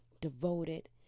devoted